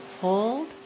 hold